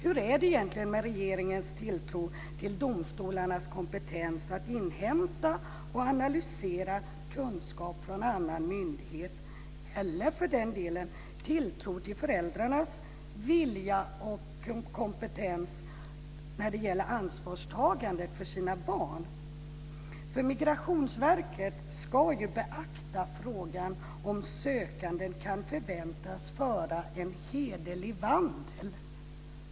Hur är det egentligen med regeringens tilltro till domstolarnas kompetens när det gäller att inhämta och analysera kunskap från annan myndighet eller för den delen med tilltron till föräldrarnas vilja och kompetens när det gäller ansvarstagandet för sina barn? Migrationsverket ska ju beakta frågan om sökanden kan förväntas föra en hederlig vandel.